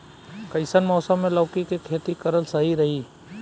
कइसन मौसम मे लौकी के खेती करल सही रही?